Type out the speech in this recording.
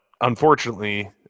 unfortunately